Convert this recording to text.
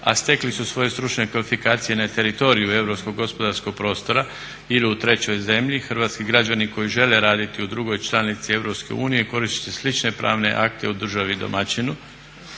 a stekli su svoje stručne kvalifikacije na teritoriju europskog gospodarskog prostora ili u trećoj zemlji hrvatski građani koji žele raditi u drugoj članici EU koristeći slične pravne akte u državi domaćinu.